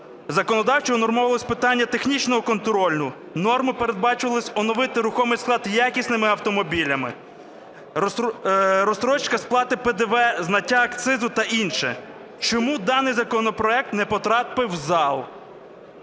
Законодавчо внормовувалось питання технічного контролю. Нормами передбачалося оновити рухомий склад якісними автомобілями, розстрочка сплати ПДВ, зняття акцизу та інше. Чому даний законопроект не потрапив в зал?